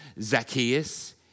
Zacchaeus